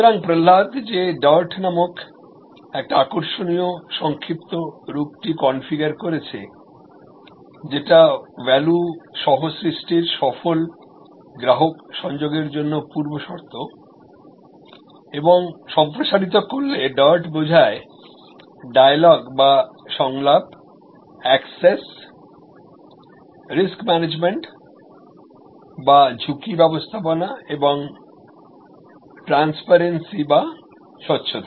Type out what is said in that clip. সুতরাং প্রহালাদ যে ডার্ট নামক এই আকর্ষণীয় সংক্ষিপ্ত রূপটি কনফিগার করেছে যেটিভ্যালু সহ সৃষ্টির সফল গ্রাহক সংযোগ এর জন্য পূর্বশর্ত এবং সম্প্রসারিত করলে DART বোঝায় ডায়লগ বা সংলাপ অ্যাক্সেস রিস্ক মানেজমেন্ট বাঝুঁকিব্যবস্থাপনা এবংট্রান্সপারেন্সি বা স্বচ্ছতা